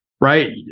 right